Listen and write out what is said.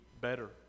better